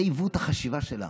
זה עיוות החשיבה שלה.